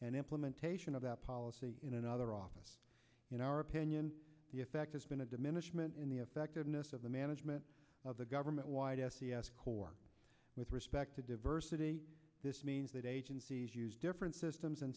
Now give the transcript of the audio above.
and implementation of that policy in another office in our opinion the effect has been a diminishment in the effectiveness of the management of the government wide corps with respect to diversity this means that agencies use different systems